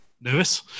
nervous